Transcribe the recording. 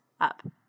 up